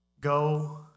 go